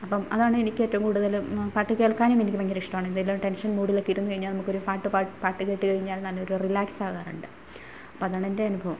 അപ്പം അതാണ് എനിക്കേറ്റവും കൂടുതൽ പാട്ട് കേൾക്കാനും എനിക്ക് ഭയങ്കര ഇഷ്ടമാണ് എന്തെങ്കിലും ടെൻഷൻ മൂഡിലൊക്കെ ഇരുന്ന് കഴിഞ്ഞാൽ നമുക്കൊരു പാട്ട് പാ പാട്ട് കേട്ട് കഴിഞ്ഞാൽ നല്ലൊരു റിലാക്സ് ആകാറുണ്ട് അപ്പോൾ അതാണ് എൻ്റെ അനുഭവം